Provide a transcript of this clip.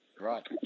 Right